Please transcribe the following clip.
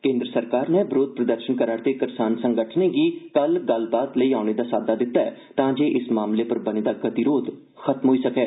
कम्द्र सरकार नै बरोध प्रदर्शन करा'रद करसान संगठनें गी कल गल्लबात लई औन दा साद्दा दिता ऐ तांज इस मामल पर बन दा गतिरोध खत्म होई सकै